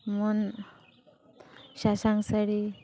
ᱢᱚᱱ ᱥᱟᱥᱟᱝ ᱥᱟᱹᱲᱤ